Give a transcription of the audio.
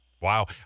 Wow